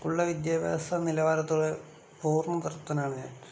സ്കൂളിലെ വിദ്യാഭ്യാസ നിലവാരത്തോട് പൂർണ്ണ തൃപ്തനാണ് ഞാൻ